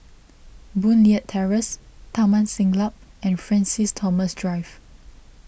Boon Leat Terrace Taman Siglap and Francis Thomas Drive